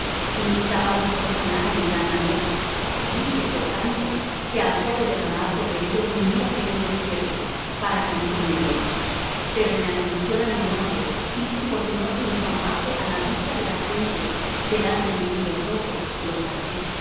y mis sábados profanaron en gran manera dije por tanto que había de derramar sobre ellos mi ira en el desierto para consumirlos pero en atención á mi nombre hice porque no se infamase á la vista de la gentes delante de cuyos ojos los saqué